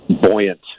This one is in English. buoyant